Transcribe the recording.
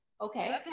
Okay